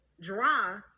dry